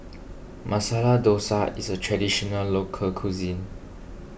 Masala Dosa is a Traditional Local Cuisine